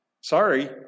Sorry